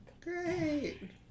Great